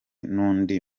n’undi